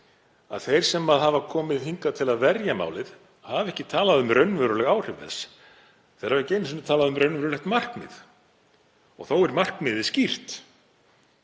að þeir sem hafa komið hingað til að verja málið hafa ekki talað um raunveruleg áhrif þess. Þeir hafa ekki einu sinni talað um raunverulegt markmið og þó er markmiðið skýrt;